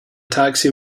taxi